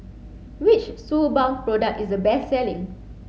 which Suu balm product is the best selling